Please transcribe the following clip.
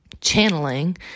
channeling